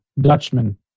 Dutchman